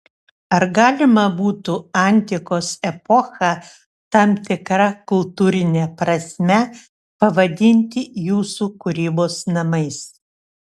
ar galima būtų antikos epochą tam tikra kultūrine prasme pavadinti jūsų kūrybos namais